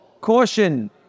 caution